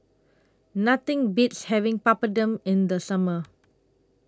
Nothing Beats having Papadum in The Summer